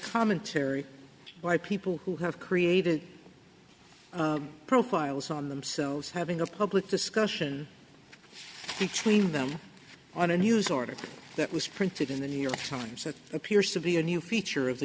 commentary by people who have created profiles on themselves having a public discussion tween them i don't use order that was printed in the new york times it appears to be a new feature of the